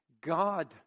God